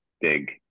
big